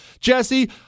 Jesse